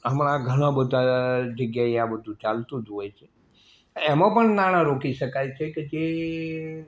અમારા ઘણા બધા જગ્યાએ આ બધું ચાલતું જ હોય છે એમાં પણ નાણાં રોકી શકાય છે કે જે